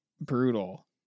brutal